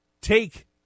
take